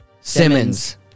Simmons